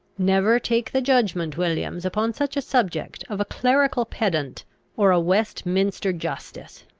never take the judgment, williams, upon such a subject, of a clerical pedant or a westminster justice.